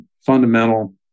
fundamental